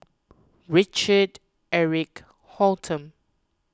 Richard Eric Holttum